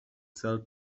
sell